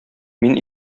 мин